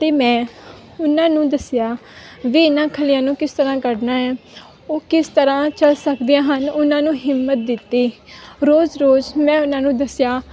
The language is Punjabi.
ਅਤੇ ਮੈਂ ਉਹਨਾਂ ਨੂੰ ਦੱਸਿਆ ਵੀ ਇਹਨਾਂ ਖੱਲੀਆਂ ਨੂੰ ਕਿਸ ਤਰ੍ਹਾਂ ਕੱਢਣਾ ਆ ਉਹ ਕਿਸ ਤਰ੍ਹਾਂ ਚੱਲ ਸਕਦੇ ਹਨ ਉਹਨਾਂ ਨੂੰ ਹਿੰਮਤ ਦਿੱਤੀ ਰੋਜ਼ ਰੋਜ਼ ਮੈਂ ਉਹਨਾਂ ਨੂੰ ਦੱਸਿਆ